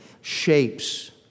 shapes